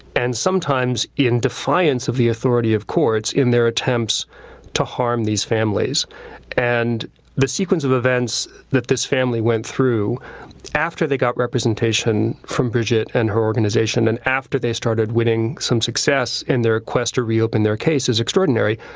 and sometimes in defiance of the authority of courts in their attempts to harm these families and the sequence of events that this family went through after they got representation from bridget and her organization and after they started winning some success in their quest to reopen their case is extraordinary.